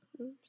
oops